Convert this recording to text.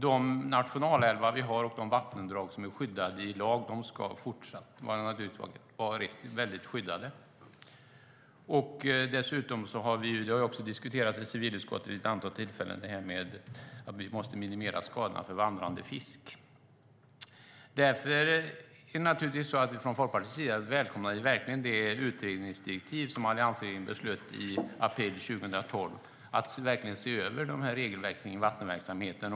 De nationalälvar vi har och de vattendrag som är skyddade i lag ska naturligtvis vara starkt skyddade även fortsättningsvis. Dessutom måste man minimera skadorna för vandrande fisk, vilket också har diskuterats i civilutskottet vid ett antal tillfällen. Därför välkomnar vi verkligen från Folkpartiets sida de utredningsdirektiv som alliansregeringen beslöt i april 2012. Det handlar om att se över regelverken för vattenverksamheten.